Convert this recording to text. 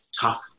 tough